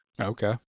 Okay